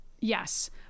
Yes